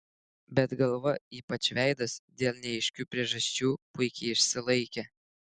bet galva ypač veidas dėl neaiškių priežasčių puikiai išsilaikė